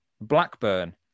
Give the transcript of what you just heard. blackburn